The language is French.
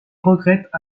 regrettent